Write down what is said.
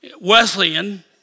Wesleyan